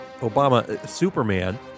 Obama-Superman